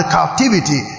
captivity